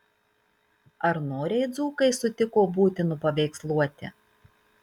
ar noriai dzūkai sutiko būti nupaveiksluoti